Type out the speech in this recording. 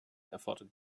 erfordert